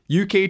UK